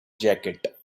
jacket